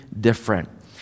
different